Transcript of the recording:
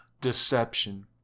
deception